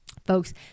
folks